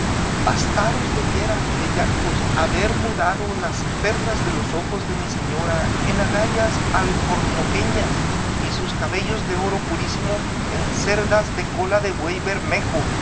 bastaros debiera bellacos haber mudado las perlas de los ojos de mi señora en agallas alcornoqueñas y sus cabellos de oro purísimo en cerdas de cola de buey bermejo